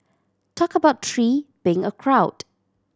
talk about three being a crowd